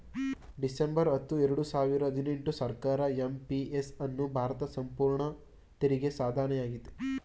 December ಹತ್ತು ಎರಡು ಸಾವಿರ ಹದಿನೆಂಟು ಸರ್ಕಾರ ಎಂ.ಪಿ.ಎಸ್ ಅನ್ನು ಭಾರತ ಸಂಪೂರ್ಣ ತೆರಿಗೆ ಸಾಧನೆಯಾಗಿದೆ